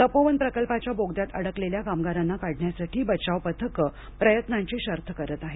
तपोवन प्रकल्पाच्या बोगद्यात अडकलेल्या कामगारांना काढण्यासाठी बचाव पथकं प्रयत्नांची शर्थ करत आहेत